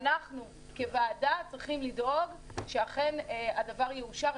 ואנחנו כוועדה צריכים לדאוג שאכן הדבר יאושר,